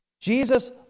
Jesus